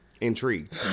Intrigued